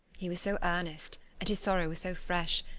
he was so earnest, and his sorrow was so fresh,